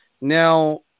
Now